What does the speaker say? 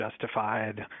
justified